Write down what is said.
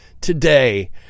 today